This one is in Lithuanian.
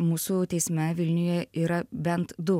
mūsų teisme vilniuje yra bent du